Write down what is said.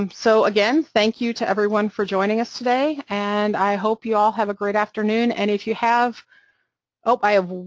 um so, again, thank you to everyone for joining us today, and i hope you all have a great afternoon, and if you have oh, well,